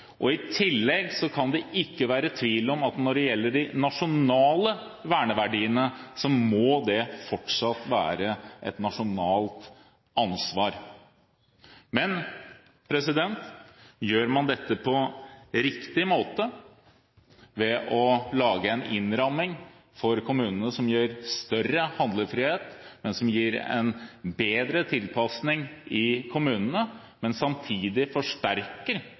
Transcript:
I tillegg kan det ikke være tvil om at når det gjelder de nasjonale verneverdiene, må det fortsatt være et nasjonalt ansvar. Gjør man dette på riktig måte ved å lage en innramming som gir større handlefrihet, men bedre tilpasning for kommunene, og ved samtidig